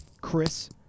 Chris